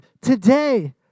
today